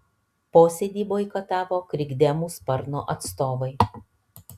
posėdį boikotavo krikdemų sparno atstovai